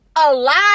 Alive